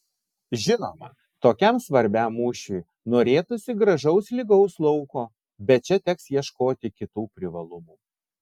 žinoma tokiam svarbiam mūšiui norėtųsi gražaus lygaus lauko bet čia teks ieškoti kitų privalumų